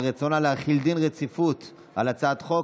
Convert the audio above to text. על רצונה להחיל דין רציפות על הצעת חוק